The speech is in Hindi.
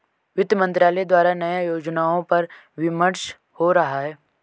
वित्त मंत्रालय द्वारा नए योजनाओं पर विमर्श हो रहा है